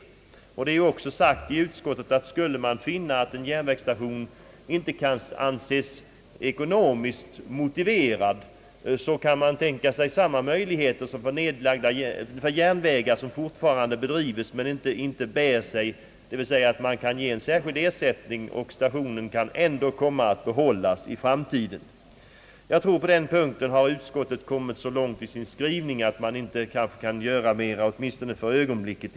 Utskottet har också sagt, att om det skulle visa sig att en järnvägsstation inte kan anses ekonomiskt motiverad bör man kunna tänka sig samma ordning som gäller beträffande järnvägar som fortfarande drivs men inte bär sig, dvs. att en särskild ersättning kan utgå så att stationen kan bibehållas. På den punkten har utskottet, synes det mig, gått så långt i sin skrivning att ingenting mer kan göras åt saken, åtminstone inte för ögonblicket.